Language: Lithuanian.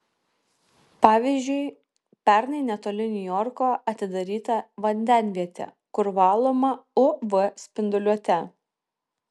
pavyzdžiui pernai netoli niujorko atidaryta vandenvietė kur valoma uv spinduliuote